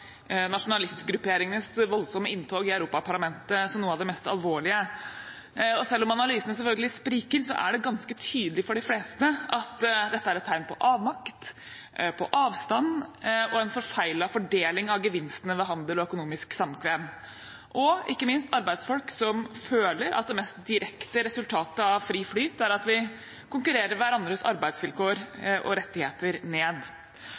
nasjonalistgrupperingenes voldsomme inntog i Europaparlamentet som noe av det mest alvorlige. Selv om analysene selvfølgelig spriker, er det ganske tydelig for de fleste at dette er et tegn på avmakt, avstand og en forfeilet fordeling av gevinstene ved handel og økonomisk samkvem, og – ikke minst – arbeidsfolk som føler at det mest direkte resultatet av fri flyt er at vi konkurrerer hverandres arbeidsvilkår og rettigheter ned.